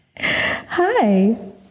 Hi